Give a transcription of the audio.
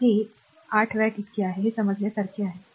तर हे 8 वॅट इतके आहे हे समजण्यासारखे आहे